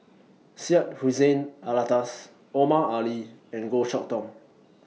Syed Hussein Alatas Omar Ali and Goh Chok Tong